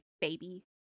baby